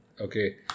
Okay